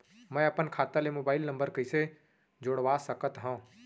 मैं अपन खाता ले मोबाइल नम्बर कइसे जोड़वा सकत हव?